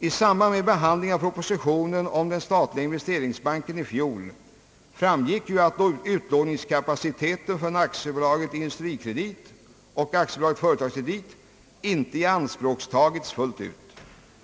I samband med behandlingen av propositionen om den statliga investeringsbanken i fjol framgick, att utlåningskapaciteten från AB Industrikredit och AB Företagskredit inte ianspråktagits fullt ut.